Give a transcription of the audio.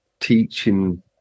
Teaching